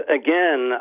again